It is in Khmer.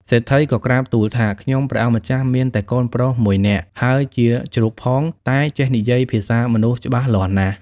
សេដ្ឋីក៏ក្រាបទូលថា ខ្ញុំព្រះអង្គមានតែកូនប្រុសមួយនាក់ ហើយជាជ្រូកផង តែចេះនិយាយភាសាមនុស្សច្បាស់លាស់ណាស់។